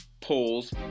polls